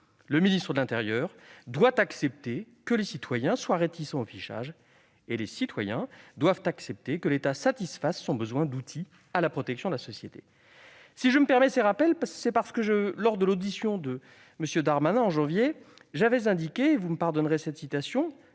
Le ministre de l'intérieur doit accepter que les citoyens soient réticents au fichage et les citoyens doivent accepter que l'État satisfasse son besoin d'outils pour la protection de la société. Si je me permets ces rappels, c'est parce que, lors de l'audition de M. Darmanin en janvier, j'avais indiqué, et vous me pardonnerez cette citation